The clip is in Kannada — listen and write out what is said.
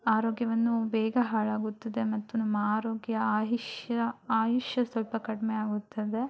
ಆರೋಗ್ಯವನ್ನು ಬೇಗ ಹಾಳಾಗುತ್ತದೆ ಮತ್ತು ನಮ್ಮ ಆರೋಗ್ಯ ಆಯುಷ್ಯ ಆಯುಷ್ಯ ಸ್ವಲ್ಪ ಕಡಿಮೆ ಆಗುತ್ತದೆ